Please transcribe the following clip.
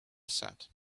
said